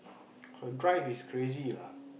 her drive is crazy lah